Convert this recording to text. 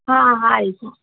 ಹಾಂ ಆಯಿತು